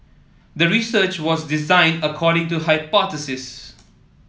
the research was designed according to hypothesis